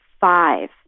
five